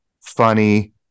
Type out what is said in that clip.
funny